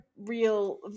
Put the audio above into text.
real –